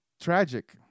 tragic